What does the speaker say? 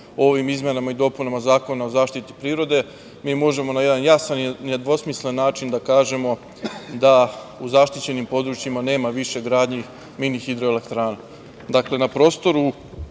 ovim izmenama i dopunama Zakona o zaštiti prirode, mi možemo na jedan jasan i nedvosmislen način da kažemo da u zaštićenim područjima nema više gradnji mini hidroelektrana. Dakle, na prostoru